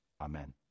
Amen